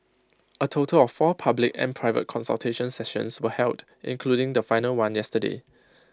A total of four public and private consultation sessions were held including the final one yesterday